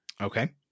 Okay